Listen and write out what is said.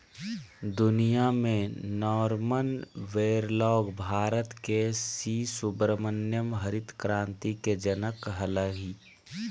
दुनिया में Norman Borlaug Bharat के सी सुब्रमण्यम हरित क्रांति के जनक हलई